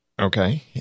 Okay